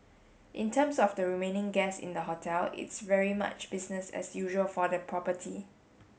in terms of the remaining guess in the hotel it's very much business as usual for the property